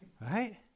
Right